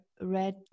read